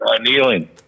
kneeling